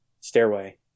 Stairway